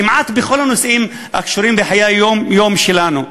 כמעט בכל הנושאים הקשורים בחיי היום-יום שלנו.